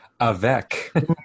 Avec